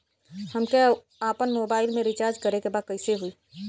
हमके आपन मोबाइल मे रिचार्ज करे के बा कैसे होई?